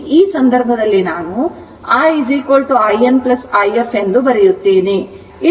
ಈ ಸಂದರ್ಭದಲ್ಲಿ ನಾನು i in i f ಎಂದು ಬರೆಯುತ್ತೇನೆ